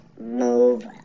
move